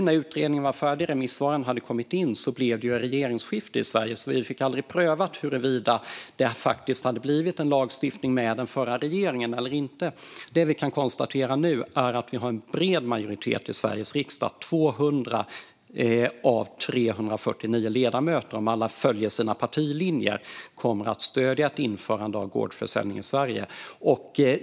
När utredningen var färdig och remissvaren hade kommit in blev det regeringsskifte i Sverige, och vi fick aldrig prövat huruvida det faktiskt hade blivit en lagstiftning med den förra regeringen eller inte. Det som vi kan konstatera nu är att vi har en bred majoritet i Sveriges riksdag för detta. 200 av 349 ledamöter, om alla följer sina partilinjer, kommer att stödja ett införande av gårdsförsäljning i Sverige.